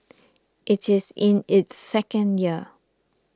it is in its second year